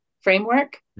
framework